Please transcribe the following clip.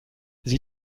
sie